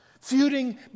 Feuding